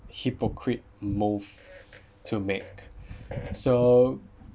hypocrite move to make so